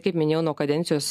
kaip minėjau nuo kadencijos